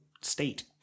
state